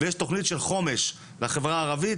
ויש תכנית חומש לחברה הערבית,